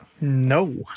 No